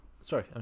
sorry